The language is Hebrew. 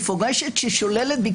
חברי כנסת תוך כדי מאחר ובחלק הראשון של